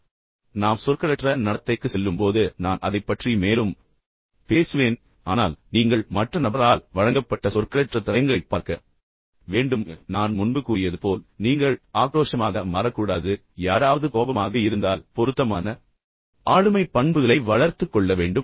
எனவே நாம் சொற்களற்ற நடத்தைக்குச் செல்லும்போது நான் அதைப் பற்றி மேலும் பேசுவேன் ஆனால் நீங்கள் மற்ற நபரால் வழங்கப்பட்ட சொற்களற்ற தடயங்களைப் பார்க்க வேண்டும் பின்னர் நான் முன்பு கூறியது போல் நீங்கள் ஆக்ரோஷமாக மாறக்கூடாது யாராவது கோபமாக இருந்தால் பொருத்தமான ஆளுமைப் பண்புகளை வளர்த்துக் கொள்ள வேண்டும்